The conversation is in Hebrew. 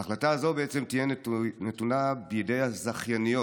ההחלטה הזאת תהיה נתונה בידי הזכייניות,